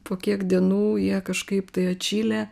po kiek dienų jie kažkaip tai atšyli